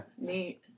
Neat